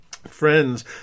Friends